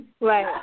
Right